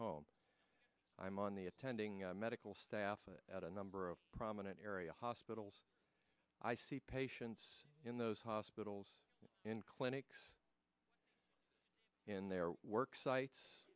home i'm on the attending medical staff at a number of prominent area hospitals i see patients in those hospitals in clinics in their work